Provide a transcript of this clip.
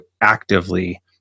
actively